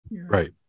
Right